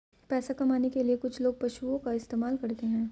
पैसा कमाने के लिए कुछ लोग पशुओं का इस्तेमाल करते हैं